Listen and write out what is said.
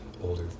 older